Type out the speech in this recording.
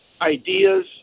ideas